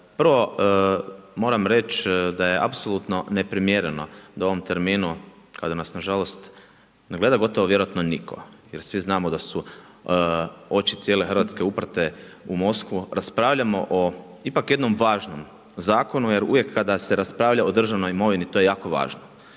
Prvo moram reći da je apsolutno neprimjereno da u ovom terminu kada nas nažalost ne gleda gotovo vjerojatno nitko jer svi znamo da su oči cijele Hrvatske uprte u Moskvu, raspravljamo o ipak jednom važnom zakonu jer uvijek kada se raspravlja o državnom imovini to je jako važno.